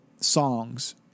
songs